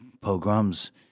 pogroms